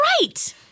right